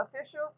official